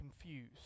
confused